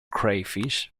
crayfish